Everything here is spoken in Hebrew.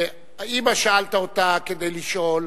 תראה, אם שאלת אותה כדי לשאול,